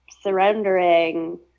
surrendering